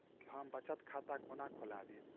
हम बचत खाता कोना खोलाबी?